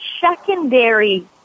secondary